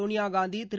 Sonia Gandhi Thiru